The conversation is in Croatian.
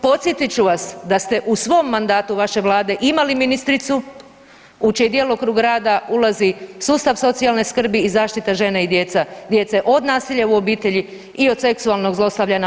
Podsjetit ću vas da ste u svom mandatu vaše Vlade imali ministricu u čiji djelokrug rada ulazi sustav socijalne skrbi i zaštita žene i djece od nasilja u obitelji i od seksualnog zlostavljanja.